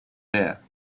there